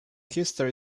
history